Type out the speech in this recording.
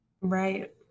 Right